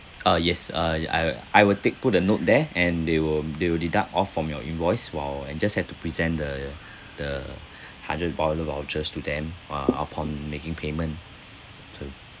uh yes I I I will take put a note there and they will they will deduct off from your invoice while and just had to present the the hundred dollar vouchers to them uh upon making payment so